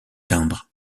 timbres